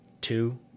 two